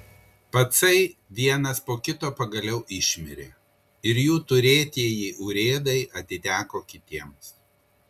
pacai vienas po kito pagaliau išmirė ir jų turėtieji urėdai atiteko kitiems